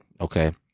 okay